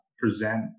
present